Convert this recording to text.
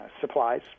supplies